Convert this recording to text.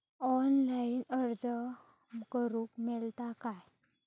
Online अर्ज करूक मेलता काय?